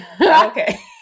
Okay